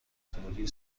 طوری